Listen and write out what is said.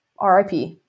RIP